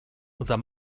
unser